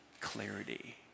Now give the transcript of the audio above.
Clarity